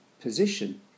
position